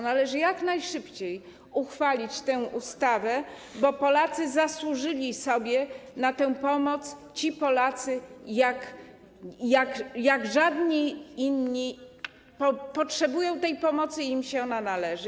Należy jak najszybciej uchwalić tę ustawę, bo ci Polacy zasłużyli sobie na tę pomoc, ci Polacy, jak żadni inni, potrzebują tej pomocy i ona im się należy.